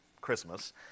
Christmas